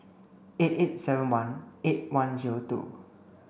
eight eight seven one eight one zero two